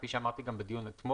כפי שגם אמרתי בדיון אתמול,